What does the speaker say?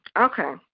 okay